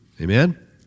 Amen